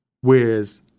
Whereas